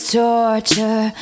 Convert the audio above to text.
torture